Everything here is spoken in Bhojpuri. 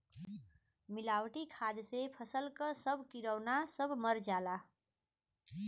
मिलावटी खाद से फसल क सब किरौना सब मर जाला